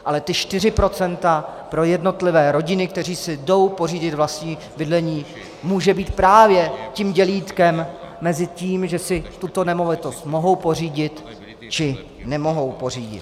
Ale ta čtyři procenta pro jednotlivé rodiny, které si jdou pořídit vlastní bydlení, mohou být právě dělítkem mezi tím, že si tuto nemovitost mohou pořídit, či nemohou pořídit.